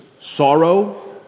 sorrow